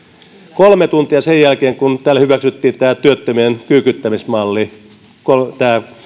kolme tuntia sen jälkeen kun täällä hyväksyttiin tämä työttömien kyykyttämismalli tämä